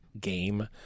game